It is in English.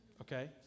Okay